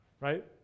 right